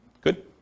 good